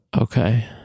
Okay